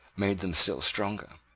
made them still stronger.